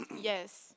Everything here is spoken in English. Yes